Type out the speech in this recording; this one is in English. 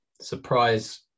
Surprise